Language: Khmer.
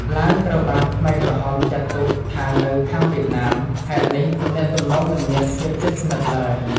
ឡាវត្រូវបានខ្មែរក្រហមចាត់ទុកថានៅខាងវៀតណាម ហេតុនេះទំនាក់ទំនងមិនមានភាពជិតស្និទ្ធឡើយ។